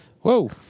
Whoa